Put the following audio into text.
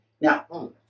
Now